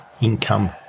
income